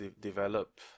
develop